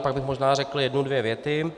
Pak bych možná řekl jednu dvě věty.